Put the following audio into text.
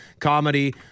Comedy